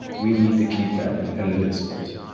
we need to keep that and in the discourse.